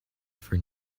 for